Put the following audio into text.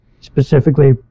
Specifically